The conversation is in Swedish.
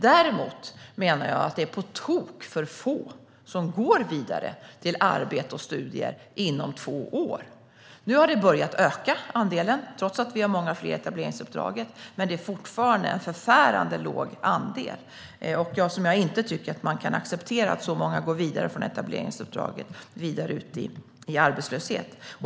Däremot menar jag att det är på tok för få som går vidare till arbete och studier inom två år. Nu har andelen börjat öka, trots att vi har många fler i etableringsuppdraget, men det är fortfarande en förfärande låg andel. Jag tycker inte att man kan acceptera att så många går vidare från etableringsuppdraget ut i arbetslöshet.